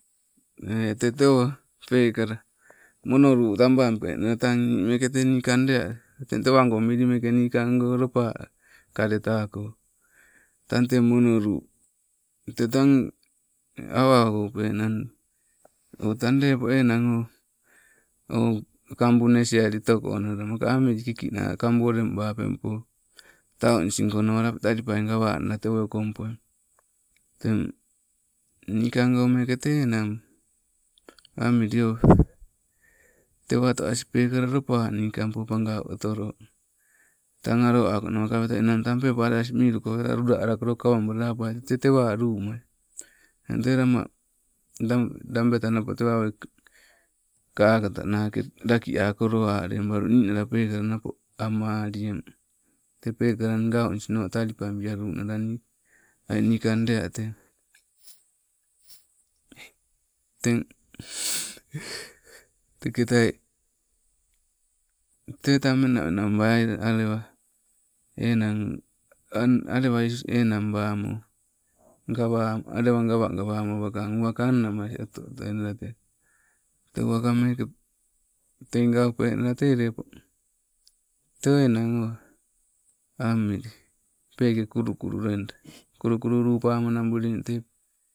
Tete o peekala mono luu tabampenala tang nii meeke tee niikang, lea teng tewago nigango mekee mili lopaa, kaletaakoo. Tang tee mono luu. Tee tang awa oupee nang ee, o tang lepo o enang o, o kabu nesiali tokonnala, maka amii ikina kabu o lembapempo. Taunis gonawa api talipai gawanala tewoo okompoi teng nikangomeke tee enang, amili o tewa toas pekala lopa nikampo pagau otola, tang alo akono ninang tang peepo asing miluko wela luwa alakolo kawabalala apuai tee te tewaa lumuli, eng tee namaa labeta napoo kakatanake laki akolo alebam ninala pekalanago, a mali eng te pekala ganis noo talipabia lunala niike, aii nikang lea tee. Teng teketai, te tang menamena bambai aii alewa enang angna alewa enang bamo, gawa alewa gagawa wakang uwaka meeke tei gaupenala te lepo. Teo enang oh amili, peeke kulu kulu loida, kulu kulu luupama nambuling tee.